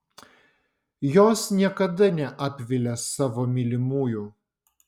jos niekada neapvilia savo mylimųjų